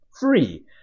free